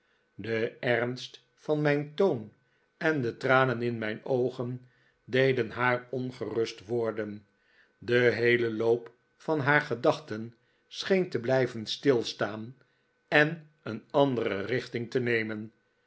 de ernst van mijn toon en de tranen in jp rosa dartle en mevrouw steer forth mijn oogen deden haar ongerust worden de heele loop van haar gedachten scheen te blijven stilstaan en een andere richting te nemen